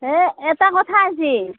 এই এটা কথা আছিল